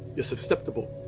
it's acceptable.